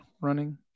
running